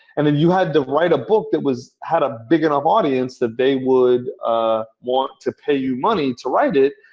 and then you had to write a book that had a big enough audience that they would ah want to pay you money to write it,